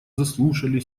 заслушали